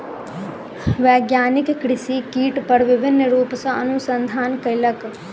वैज्ञानिक कृषि कीट पर विभिन्न रूप सॅ अनुसंधान कयलक